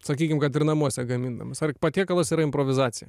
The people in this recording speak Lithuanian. sakykim kad ir namuose gamindamas ar patiekalas yra improvizacija